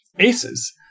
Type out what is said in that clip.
aces